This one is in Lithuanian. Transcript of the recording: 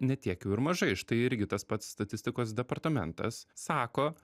ne tiek jau ir mažai štai irgi tas pats statistikos departamentas sako